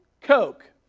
Coke